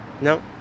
No